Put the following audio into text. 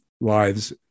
lives